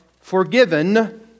forgiven